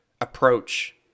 approach